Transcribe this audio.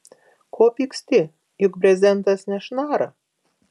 ko pyksti juk brezentas nešnara